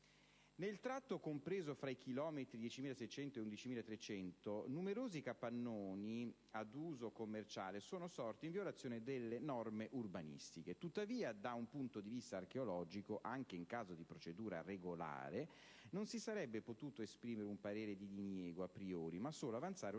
Nel tratto compreso fra i chilometri 10,600 e 11,300 numerosi capannoni ad uso commerciale sono sorti in violazione delle norme urbanistiche. Tuttavia, da un punto di vista archeologico, anche in caso di procedura regolare non si sarebbe potuto esprimere un parere di diniego a priori ma solo avanzare una richiesta